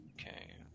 Okay